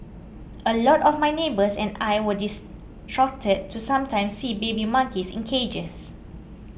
a lot of my neighbours and I were distraught to sometimes see baby monkeys in cages